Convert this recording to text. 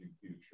future